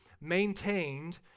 maintained